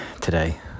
today